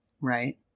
right